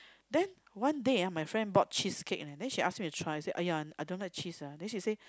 then one day ah my friend bought cheese cake leh she ask me to try !aiya! I don't like cheese ah then she said